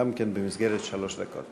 גם כן במסגרת שלוש דקות.